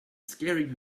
scaring